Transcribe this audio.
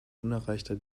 unerreichter